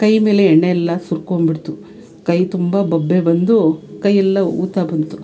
ಕೈ ಮೇಲೆ ಎಣ್ಣೆ ಎಲ್ಲ ಸುರ್ಕೊಂಬಿಡ್ತು ಕೈ ತುಂಬ ಬೊಬ್ಬೆ ಬಂದು ಕೈಯೆಲ್ಲ ಊತ ಬಂತು